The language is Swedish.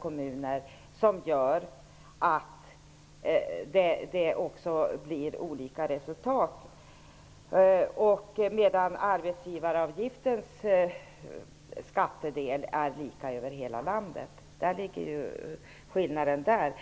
kommunerna att det blir olika resultat. Arbetsgivaravgiftens skattedel är däremot lika över hela landet. Där ligger skillnaden.